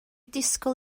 disgwyl